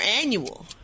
annual